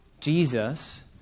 Jesus